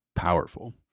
Powerful